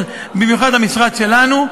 במיוחד של המשרד שלנו.